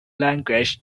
language